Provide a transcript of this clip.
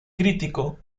crítico